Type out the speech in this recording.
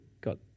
got